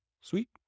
Sweet